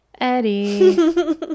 Eddie